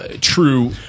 true